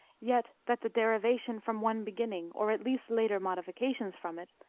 yet that the derivation from one beginning, or at least later modifications from it,